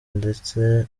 ndetse